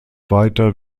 weiter